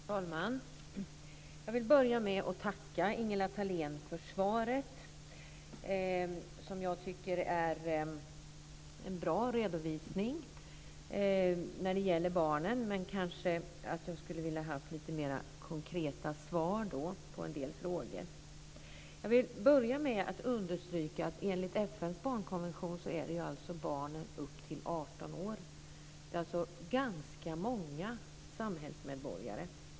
Fru talman! Jag vill börja med att tacka Ingela Thalén för svaret som jag tycker är en bra redovisning när det gäller barnen, men jag skulle kanske ha velat ha lite mer konkreta svar på en del frågor. Jag vill börja med att understryka att det enligt Det är alltså ganska många samhällsmedborgare.